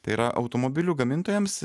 tai yra automobilių gamintojams